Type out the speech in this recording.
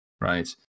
right